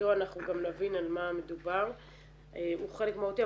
ואנחנו גם נבין על מה מדובר הוא חלק מהותי.